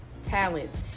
Talents